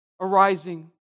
arising